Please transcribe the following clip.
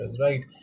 right